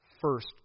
first